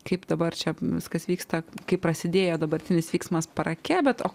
kaip dabar čia viskas vyksta kai prasidėjo dabartinis vyksmas parake bet o